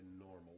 normal